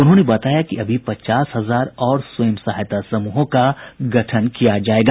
उन्होंने बताया कि अभी पचास हजार और स्वयं सहायता समूहों का गठन किया जायेगा